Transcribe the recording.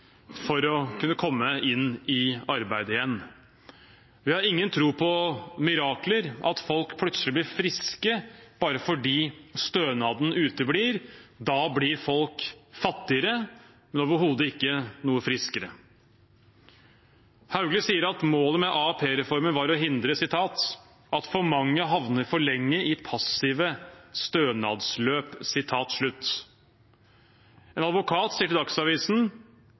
for å kunne komme i arbeid igjen. Vi har ingen tro på mirakler, at folk plutselig blir friske bare fordi stønaden uteblir. Da blir folk fattigere, men overhodet ikke friskere. Statsråd Hauglie sier at målet med AAP-reformen var å hindre «at for mange havner for lenge i passive stønadsløp». En advokat sier til Dagsavisen